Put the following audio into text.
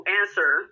answer